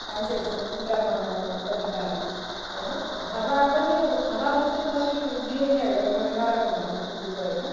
मान्छेहरूसँग कुरा गर्न तरिकाहरू होइन अब घरमा पनि अब घरमा बसेर मैले गृहणीहरूलाई मैले नराम्रो भन्नु खोजेको होइन